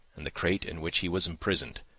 and the crate in which he was imprisoned,